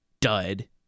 dud